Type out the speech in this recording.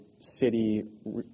city